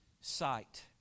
sight